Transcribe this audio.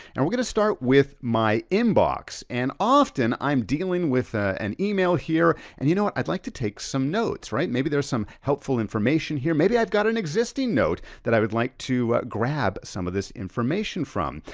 and we're gonna start with my inbox. and often i'm dealing with ah an email here. and you know, i'd like to take some notes, maybe there's some helpful information here, maybe i've got an existing node that i would like to grab some of this information from.